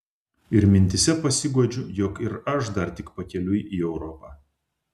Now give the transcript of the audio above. ir mintyse pasiguodžiu jog ir aš dar tik pakeliui į europą